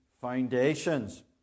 foundations